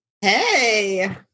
Hey